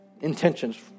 intentions